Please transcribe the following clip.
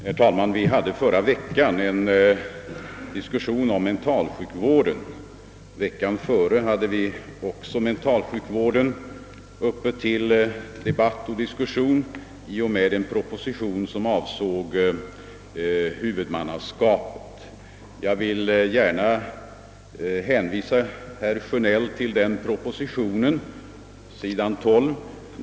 Herr talman! Förra veckan förde vi i riksdagen en diskussion om mentalsjukvården, och veckan dessförinnan var den frågan också uppe till debatt i samband med en proposition, som avsåg huvudmannaskapet för den vården. Jag vill hänvisa herr Sjönell till den propositionen, nr 64 s. 12.